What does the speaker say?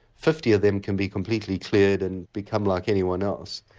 fifty of them can be completely cleared and become like anyone else.